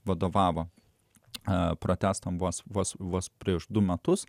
vadovavo a protestam vos vos vos prieš du metus